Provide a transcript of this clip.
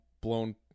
blown